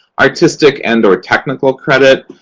artistic and or technical credit.